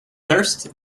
thirst